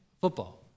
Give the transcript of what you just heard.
football